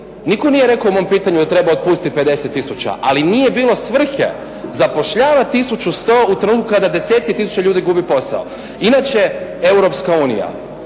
Nitko nije rekao u mom pitanju da treba otpustiti 50 tisuća, ali nije bilo svrhe zapošljavati tisuću i 100 u trenutku kada desetci tisuća ljudi gubi posao. Inače, Europska unija,